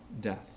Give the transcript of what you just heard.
death